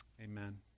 Amen